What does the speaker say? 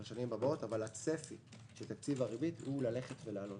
אבל הצפי של תקציב הריבית הוא ללכת ולעלות,